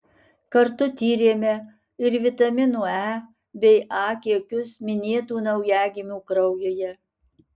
kartu tyrėme ir vitaminų e bei a kiekius minėtų naujagimių kraujyje